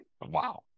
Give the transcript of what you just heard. Wow